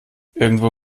irgendwo